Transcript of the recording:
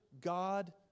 God